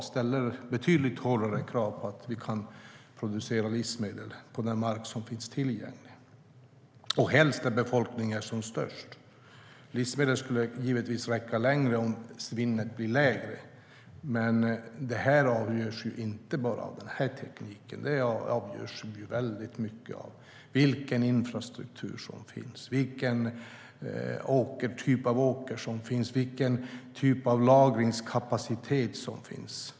De ställer betydligt hårdare krav på att vi kan producera livsmedel på den mark som finns tillgänglig och helst där befolkningen är som störst. Livsmedlen skulle givetvis räcka längre om svinnet blir lägre. Men det avgörs inte bara av den här tekniken. Det avgörs väldigt mycket av vilken infrastruktur som finns, vilken typ av åker som finns och vilken typ av lagringskapacitet som finns.